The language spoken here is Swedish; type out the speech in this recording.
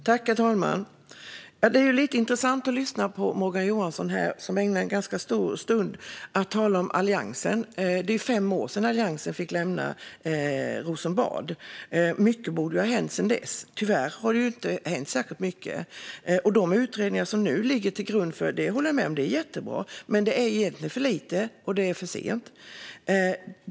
Herr talman! Det är lite intressant att lyssna på Morgan Johansson. Han ägnar en ganska lång stund åt att tala om Alliansen. Det är fem år sedan Alliansen fick lämna Rosenbad, och mycket borde ha hänt sedan dess. Tyvärr har det dock inte hänt särskilt mycket. De utredningar som nu ligger till grund för arbetet håller jag med om är jättebra, men det är egentligen för lite och för sent.